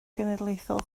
genedlaethol